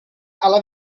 alla